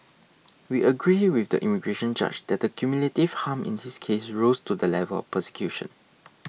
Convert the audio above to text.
we agree with the immigration judge that the cumulative harm in this case rose to the level of persecution